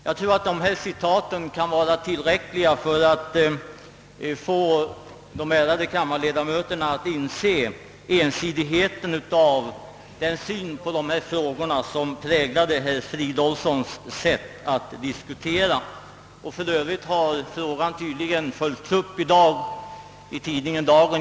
Jag tror att dessa citat kan vara tillräckliga för att de ärade kammarledamöterna skall inse den ensidighet i synen på dessa frågor som präglade herr Fridolfssons resonemang. För övrigt har spörsmålet i dag tydligen följts upp i tidningen Dagen.